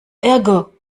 ärger